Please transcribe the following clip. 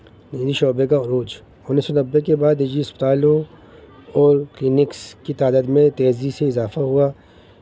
نی شعبے کا عروج انیس سو نبے کے بعد نجی اسپتالوں اور کلینکس کی تعداد میں تیزی سے اضافہ ہوا